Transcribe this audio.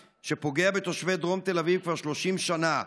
שפוגע בתושבי דרום תל אביב כבר 30 שנה,